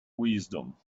wisdom